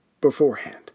beforehand